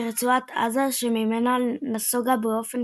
ורצועת עזה, שממנה נסוגה באופן